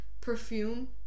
perfume